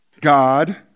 God